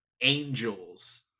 Angels